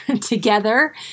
together